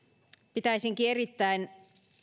pitäisinkin erittäin